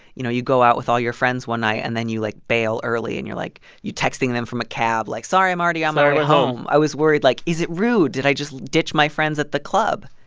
you know, you go out with all your friends one night and then you, like, bail early. and you're like you're texting them from a cab like, sorry, i'm already on my way home. i was worried, like, is it rude? did i just ditch my friends at the club?